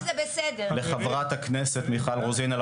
לחברת הכנסת מיכל רוזין,